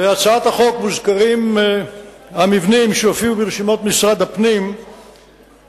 בהצעת החוק מוזכרים המבנים שהופיעו ברשימות משרד הפנים וחוברו,